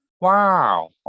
Wow